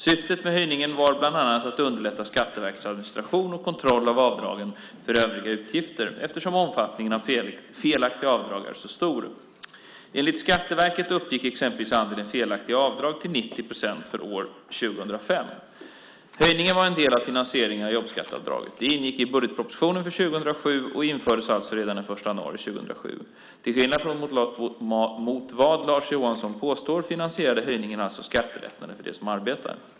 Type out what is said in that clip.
Syftet med höjningen var bland annat att underlätta Skatteverkets administration och kontroll av avdragen för övriga utgifter eftersom omfattningen av felaktiga avdrag är så stor. Enligt Skatteverket uppgick exempelvis andelen felaktiga avdrag till 90 procent för år 2005. Höjningen var en del i finansieringen av jobbskatteavdraget. Den ingick i budgetpropositionen för 2007 och infördes alltså redan den 1 januari 2007. Till skillnad mot vad Lars Johansson påstår finansierade höjningen alltså skattelättnader för dem som arbetar.